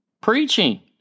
preaching